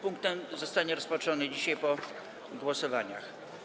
Punkt ten zostanie rozpatrzony dzisiaj po głosowaniach.